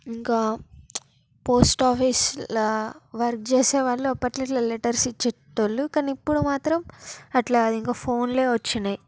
ఇంకా పోస్ట్ ఆఫీస్లో వర్క్ చేసేవాళ్ళు అప్పట్లో ట్లా లెటర్స్ ఇచ్చేవాళ్ళు కానీ ఇప్పుడు మాత్రం అట్లా ఇదిగో ఫోన్లే వచ్చాయి